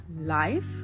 life